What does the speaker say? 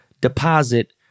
deposit